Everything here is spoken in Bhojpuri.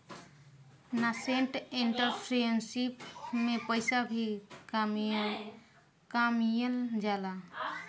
नासेंट एंटरप्रेन्योरशिप में पइसा भी कामयिल जाला